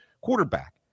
quarterback